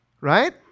Right